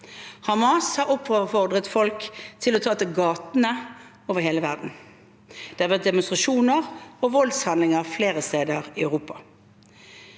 Hamas har oppfordret folk til å ta til gatene over hele verden. Det har vært demonstrasjoner og voldshandlinger flere steder i Europa,